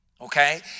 Okay